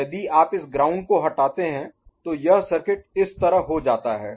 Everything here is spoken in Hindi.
अब यदि आप इस ग्राउंड को हटाते हैं तो यह सर्किट इस तरह हो जाता है